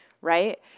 right